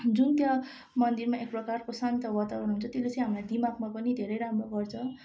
जुन त्यहाँ मन्दिरमा एक प्रकारको शान्त वातावरण हुन्छ त्यसले चाहिँ हामीलाई दिमागमा पनि धेरै राम्रो गर्छ